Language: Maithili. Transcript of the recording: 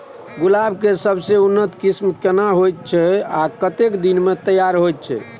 गुलाब के सबसे उन्नत किस्म केना होयत छै आ कतेक दिन में तैयार होयत छै?